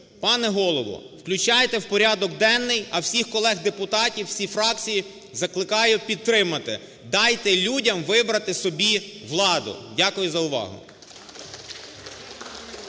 Пане Голово, включайте в порядок денний. А всіх колег-депутатів, всі фракції закликаю підтримати. Дайте людям вибрати собі владу. Дякую за увагу.